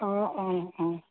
অঁ অঁ অঁ